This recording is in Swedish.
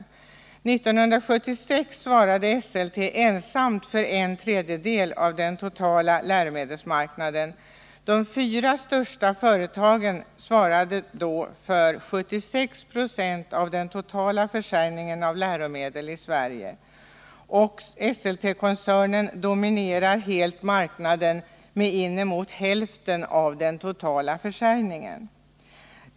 1976 svarade Esselte ensamt för en tredjedel av den totala läromedelsmarknaden. De fyra största företagen svarade då för 76 90 av den totala försäljningen av läromedel i Sverige. Esseltekoncernen dominerade helt marknaden med inemot hälften av den totala försäljningen.